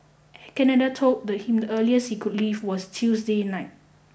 Canada told him the earliest he could leave was Tuesday night